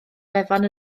wefan